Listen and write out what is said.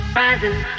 rising